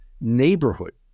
neighborhood